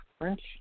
French